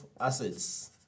assets